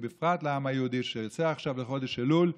ובפרט לעם היהודי, שיוצא עכשיו לחודש אלול.